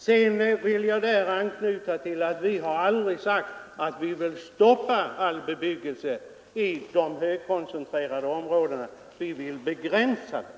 Sedan vill jag påpeka att vi har aldrig sagt att vi vill stoppa all bebyggelse i de högkoncentrerade områdena. Vi vill begränsa den.